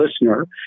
listener